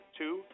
two